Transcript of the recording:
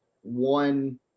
one